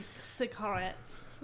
cigarettes